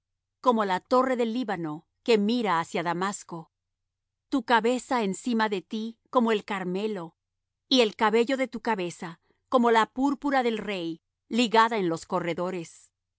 como la torre del líbano que mira hacia damasco tu cabeza encima de ti como el carmelo y el cabello de tu cabeza como la púrpura del rey ligada en los corredores